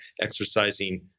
exercising